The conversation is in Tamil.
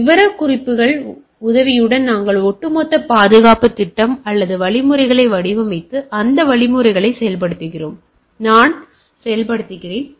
விவரக்குறிப்புகள் உதவியுடன் நாங்கள் ஒட்டுமொத்த பாதுகாப்புத் திட்டம் அல்லது வழிமுறைகளை வடிவமைத்து அந்த வழிமுறைகளை செயல்படுத்துகிறோம் பின்னர் நான் செயல்படுகிறேன்